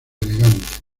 elegantes